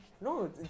No